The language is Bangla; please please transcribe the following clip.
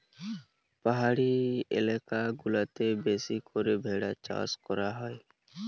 পাহাড়ি এলাকা গুলাতে বেশি করে ভেড়ার চাষ করা হয়